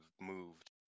moved